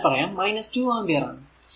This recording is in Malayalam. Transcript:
അതിനാൽ പറയാം 2 ആമ്പിയർ ആണ്